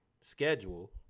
schedule